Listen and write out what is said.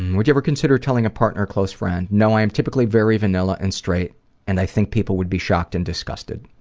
and would you ever consider telling a partner or close friend no, i'm typically very vanilla and straight and i think people would be shocked and disgusted.